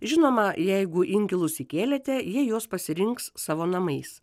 žinoma jeigu inkilus įkėlėte jie juos pasirinks savo namais